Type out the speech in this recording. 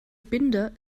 binder